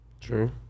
true